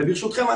ברשותכם,